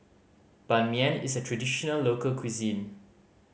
Ban Mian is a traditional local cuisine